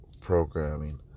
programming